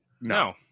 No